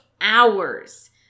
hours